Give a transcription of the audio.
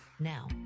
Now